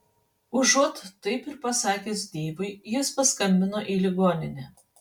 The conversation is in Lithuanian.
užuot taip ir pasakęs deivui jis paskambino į ligoninę